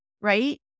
right